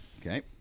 Okay